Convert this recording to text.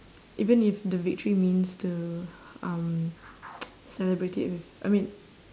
even if the victory means to um celebrate it with I mean